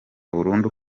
burundu